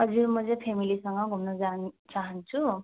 हजुर म चाहिँ फेमिलीसँग घुम्नु जानु चाहन्छु